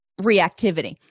reactivity